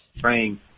praying